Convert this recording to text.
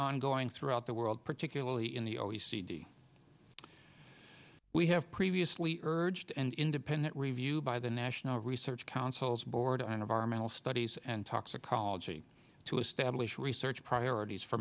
ongoing throughout the world particularly in the o e c d we have previously urged and independent review by the national research councils board on environmental studies and talks apology to establish research priorities for